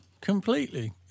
completely